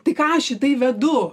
tai ką aš į tai vedu